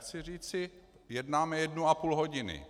Chci říci, jednáme jednu a půl hodiny.